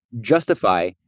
justify